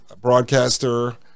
broadcaster